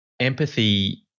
empathy